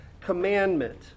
Commandment